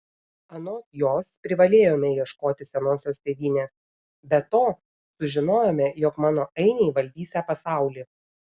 anot jos privalėjome ieškoti senosios tėvynės be to sužinojome jog mano ainiai valdysią pasaulį